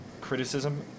criticism